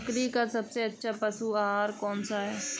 बकरी का सबसे अच्छा पशु आहार कौन सा है?